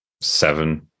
seven